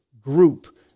group